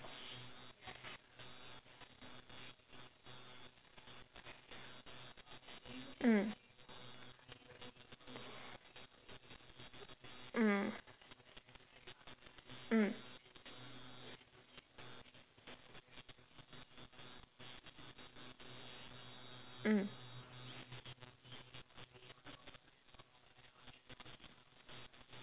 mm mm mm mm